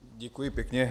Děkuji pěkně.